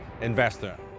Investor